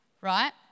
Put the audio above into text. right